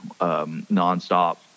nonstop